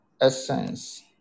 essence